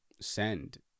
send